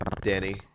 Danny